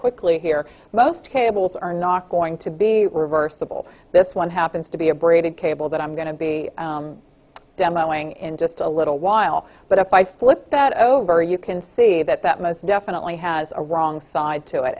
quickly here most cables are not going to be reversible this one happens to be a braided cable but i'm going to be demo wing in just a little while but if i flip that over you can see that that most definitely has a wrong side to it